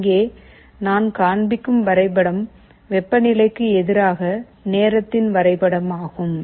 இங்கே நான் காண்பிக்கும் வரைபடம் வெப்பநிலைக்கு எதிராக நேரத்தின் வரைபடமாகும்